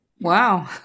Wow